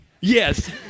Yes